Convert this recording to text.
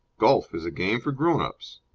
golf is a game for grownups.